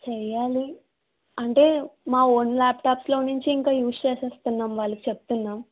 చెయ్యాలి అంటే మా ఓన్ ల్యాప్టాప్స్ లో నుంచి ఇంకా యూజ్ చేసేస్తున్నాం వాళ్ళు చెప్తున్నాం